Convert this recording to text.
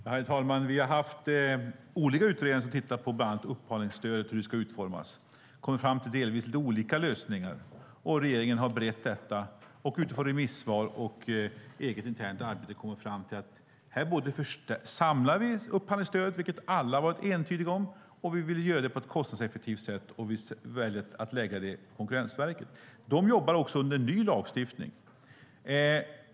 Herr talman! Vi har haft olika utredningar som har tittat på bland annat upphandlingsstödet och hur detta ska utformas. De har kommit fram till lite olika lösningar. Regeringen har berett detta och utifrån remissvar och eget internt arbete kommit fram till att vi ska samla upphandlingsstödet, vilket alla varit tydliga med. Vi vill göra detta på ett kostnadseffektivt sätt och väljer därför att lägga det på Konkurrensverket, som jobbar under ny lagstiftning.